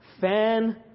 Fan